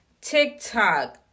TikTok